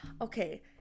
okay